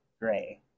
gray